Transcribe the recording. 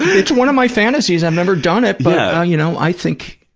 it's one of my fantasies. i've never done it, but, you know, i think,